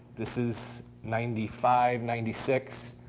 this is ninety five, ninety six,